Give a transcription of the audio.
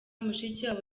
mushikiwabo